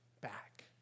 back